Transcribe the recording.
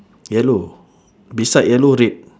yellow beside yellow red